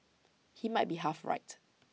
he might be half right